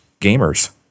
gamers